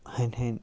ہَنہِ ہَنہِ